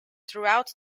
throughout